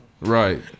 right